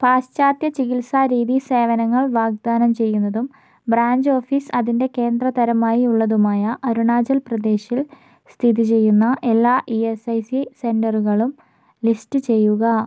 പാശ്ചാത്യ ചികിത്സാരീതി സേവനങ്ങൾ വാഗ്ദാനം ചെയ്യുന്നതും ബ്രാഞ്ച് ഓഫീസ് അതിൻ്റെ കേന്ദ്രതരമായി ഉള്ളതുമായ അരുണാചൽ പ്രദേശിൽ സ്ഥിതി ചെയ്യുന്ന എല്ലാ ഇ എസ് ഐ സി സെൻ്ററുകളും ലിസ്റ്റു ചെയ്യുക